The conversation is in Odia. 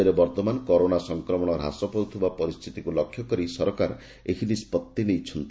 ରାଜ୍ୟରେ ବର୍ଉମାନ କରୋନା ସଂକ୍ରମଶ ହ୍ରାସ ପାଉଥିବା ପରିସ୍ଥିତିକୁ ଲକ୍ଷ୍ୟକରି ସରକାର ଏହି ନିଷ୍ବଭି ନେଇଛନ୍ତି